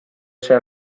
sea